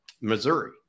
Missouri